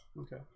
Okay